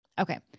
Okay